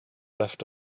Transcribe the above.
left